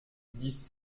dix